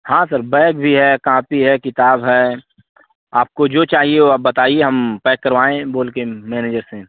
हाँ sir bag भी है कांपी है किताब है आपको जो चाहिए वो आप बताइए हम पैक करवाएँ बोल के मैनेजर से